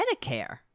Medicare